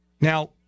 Now